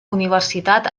universitat